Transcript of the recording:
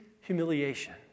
humiliation